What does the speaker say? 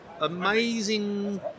amazing